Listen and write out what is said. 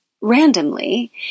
randomly